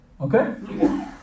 Okay